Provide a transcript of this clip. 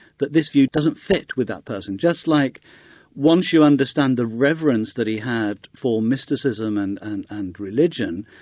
that this view doesn't fit with that person? just like once you understand the reverence that he had for mysticism and and and religion,